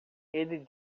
ele